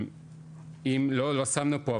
לא שמנו פה,